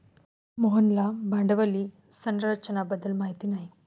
मोहनला भांडवली संरचना बद्दल माहिती नाही